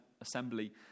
assembly